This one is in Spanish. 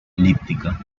elíptica